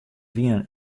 wienen